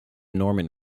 norman